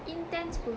intense apa